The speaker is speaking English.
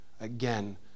Again